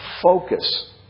focus